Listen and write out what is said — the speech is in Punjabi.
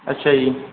ਅੱਛਾ ਜੀ